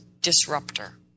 disruptor